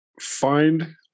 Find